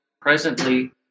presently